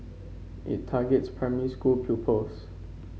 it targets primary school pupils